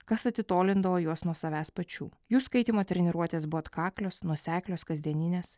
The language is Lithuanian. kas atitolindavo juos nuo savęs pačių jų skaitymo treniruotės buvo atkaklios nuoseklios kasdieninės